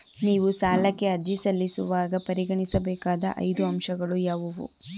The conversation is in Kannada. ನೀವು ಸಾಲಕ್ಕೆ ಅರ್ಜಿ ಸಲ್ಲಿಸುವಾಗ ಪರಿಗಣಿಸಬೇಕಾದ ಐದು ಅಂಶಗಳು ಯಾವುವು?